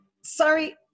Sorry